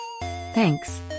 Thanks